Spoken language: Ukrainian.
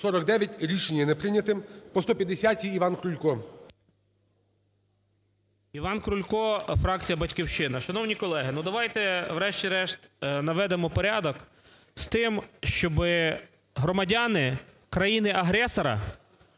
ІванКрулько, фракція "Батьківщина". Шановні колеги, ну, давайте врешті-решт наведемо порядок з тим, щоби громадяни країни-агресора,